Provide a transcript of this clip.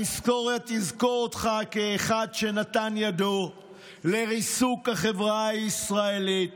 ההיסטוריה תזכור אותך כאחד שנתן ידו לריסוק החברה הישראלית,